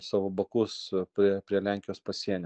savo bakus prie prie lenkijos pasienio